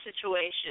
situation